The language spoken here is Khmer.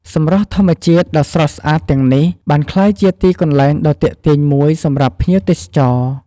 សម្រស់ធម្មជាតិដ៏ស្រស់ស្អាតទាំងនេះ បានក្លាយជាទីកន្លែងដ៏ទាក់ទាញមួយសម្រាប់ភ្ញៀវទេសចរ។